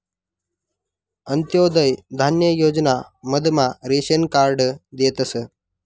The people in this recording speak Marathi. अंत्योदय धान्य योजना मधमा रेशन कार्ड देतस